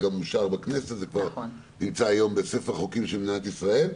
עבר בכנסת ונמצא בספר החוקים של מדינת ישראל.